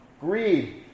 greed